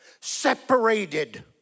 separated